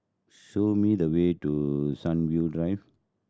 show me the way to Sunview Drive